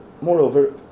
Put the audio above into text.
moreover